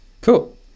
Cool